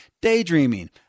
daydreaming